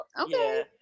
Okay